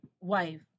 wife